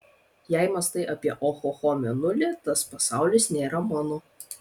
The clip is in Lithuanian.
jei mąstai apie ohoho mėnulį tas pasaulis nėra mano